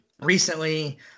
recently